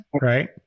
right